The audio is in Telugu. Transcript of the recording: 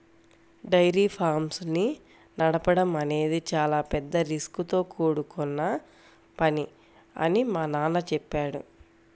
డైరీ ఫార్మ్స్ ని నడపడం అనేది చాలా పెద్ద రిస్కుతో కూడుకొన్న పని అని మా నాన్న చెప్పాడు